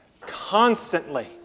Constantly